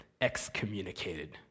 excommunicated